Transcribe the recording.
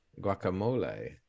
Guacamole